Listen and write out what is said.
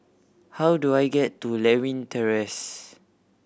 how do I get to Lewin Terrace